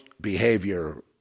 behavior